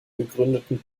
gegründeten